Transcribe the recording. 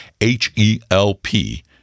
h-e-l-p